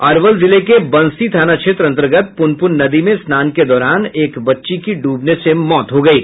अरवल जिले के बंसी थाना क्षेत्र अंतर्गत पुनपुन नदी में स्नान के दौरान दौरान एक बच्ची की डूबने से मौत हो गयी